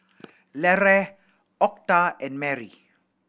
Larae Octa and Merry